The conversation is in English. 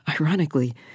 ironically